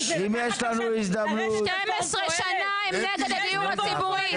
12 שנה הם נגד הדיור הציבורי.